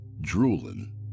drooling